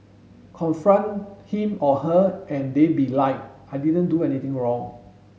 confront him or her and they be like I didn't do anything wrong